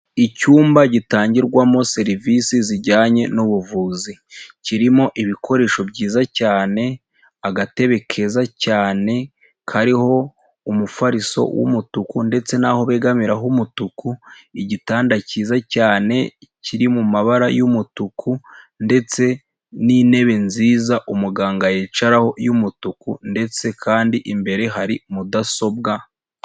Icyumba gitangirwamo serivisi zijyanye n'ubuvuzi. Kirimo ibikoresho byiza cyane, agatebe keza cyane kariho umufariso w'umutuku ndetse naho begamira h'umutuku, igitanda cyiza cyane kiri mu mabara y'umutuku, ndetse n'intebe nziza umuganga yicaraho y'umutuku ndetse kandi imbere hari mudasobwa.